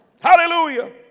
Hallelujah